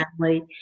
family